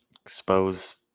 expose